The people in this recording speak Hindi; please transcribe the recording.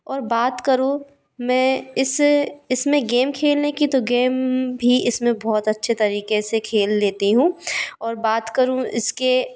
और बात करूँ मैं इस इस में गेम खेलने की तो गेम भी इस में बहुत अच्छे तरीक़े से खेल लेती हूँ और बात करूँ इसके